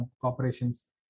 corporations